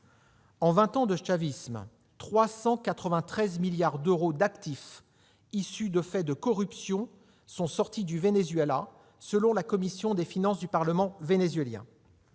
En vingt ans de chavisme, 393 milliards d'euros d'actifs issus de faits de corruption sont sortis du Venezuela selon la commission des finances du parlement vénézuélien.